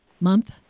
Month